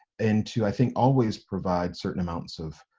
and to, i think always provide certain amounts of,